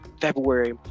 February